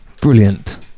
Brilliant